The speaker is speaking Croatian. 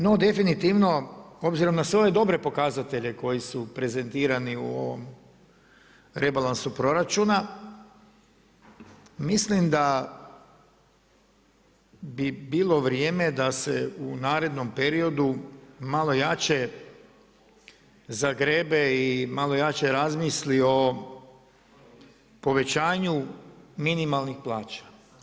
No definitivno s obzirom na sve ove dobre pokazatelje koji su prezentirani u ovom rebalansu proračuna, mislim da bi bilo vrijeme da se u narednom periodu malo jače zagrebe i malo jače razmisli o povećanju minimalnih plaća.